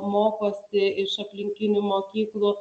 mokosi iš aplinkinių mokyklų